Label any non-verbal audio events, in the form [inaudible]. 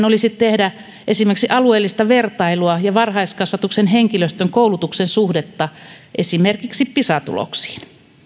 [unintelligible] olisi nimittäin tehdä esimerkiksi alueellista vertailua ja tutkia varhaiskasvatuksen henkilöstön koulutuksen suhdetta esimerkiksi pisa tuloksiin